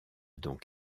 donc